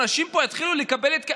אנשים פה יתחילו לקבל התקף,